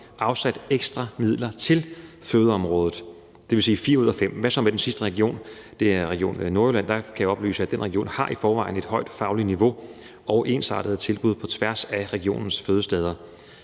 afsat ekstra midler til fødeområdet. Hvad så med den sidste region, som er Region Nordjylland? Der kan jeg oplyse, at den region i forvejen har et højt fagligt niveau og ensartede tilbud på tværs af regionens fødesteder.